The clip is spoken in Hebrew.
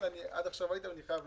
התקבלה